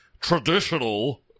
traditional